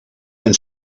ben